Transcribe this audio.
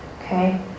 okay